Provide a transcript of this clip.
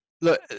Look